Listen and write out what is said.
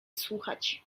słuchać